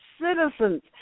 citizens